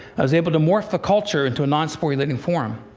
i was able to morph the culture into a non-sporulating form.